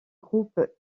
groupe